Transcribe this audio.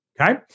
okay